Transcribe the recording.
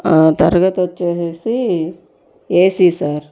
తరగతి వచ్చేసేసి AC sir